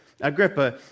Agrippa